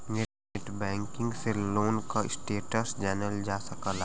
net banking से loan क status जानल जा सकला